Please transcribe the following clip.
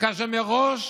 כאשר מראש